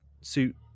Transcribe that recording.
suit